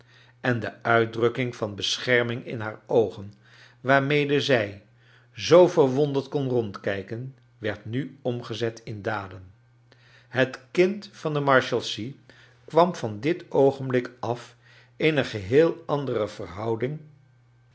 en de uitdrukking van bescherming in haar oogen waarmede zij zoo verwonderd kon rondkijken werd nu omgezet in daden het kind van de marshalsea kwam van dit oogenblik af in een geheel andere verhouding